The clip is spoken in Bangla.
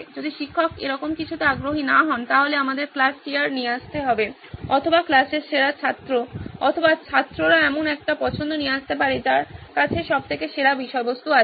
যদি শিক্ষক এরকম কিছুতে আগ্রহী না হন তাহলে আমাদের ক্লাস সিআর নিয়ে আসতে হবে অথবা ক্লাসের সেরা ছাত্র অথবা ছাত্ররা এমন একটি পছন্দ নিয়ে আসতে পারে যার কাছে সব থেকে সেরা বিষয়বস্তু আছে